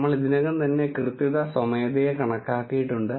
നമ്മൾ ഇതിനകം തന്നെ കൃത്യത സ്വമേധയാ കണക്കാക്കിയിട്ടുണ്ട്